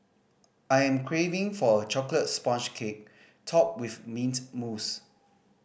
I am craving for a chocolate sponge cake topped with mint mousse